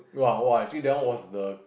!wah! !wah! actually that one was the